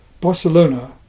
Barcelona